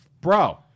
bro